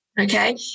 okay